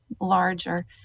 larger